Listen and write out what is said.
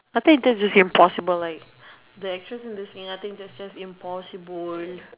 but I think it's just impossible like the actress and singer I think it's just just like impossible